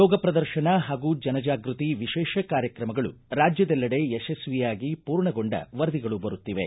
ಯೋಗ ಪ್ರದರ್ಶನ ಹಾಗೂ ಜನ ಜಾಗೃತಿ ವಿಶೇಷ ಕಾರ್ಯಕ್ರಮಗಳು ರಾಜ್ಯದಲ್ಲೆಡೆ ಯಶಸ್ವಿಯಾಗಿ ಪೂರ್ಣಗೊಂಡ ವರದಿಗಳು ಬರುತ್ತಿವೆ